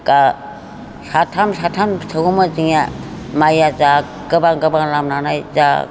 साथाम साथाम सौवोमोन जोंनिया माइया जा गोबां गोबां लामनानै जा